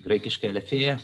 graikiškai alefėja